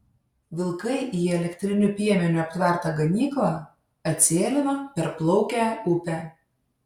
vilkai į elektriniu piemeniu aptvertą ganyklą atsėlino perplaukę upę